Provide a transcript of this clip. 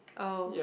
oh